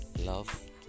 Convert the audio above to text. Love